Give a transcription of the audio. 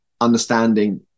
understanding